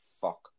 Fuck